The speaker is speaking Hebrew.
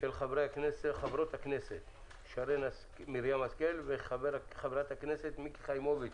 של חברות הכנסת שרן מרים השכל ומיקי חיימוביץ'.